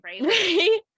right